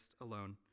alone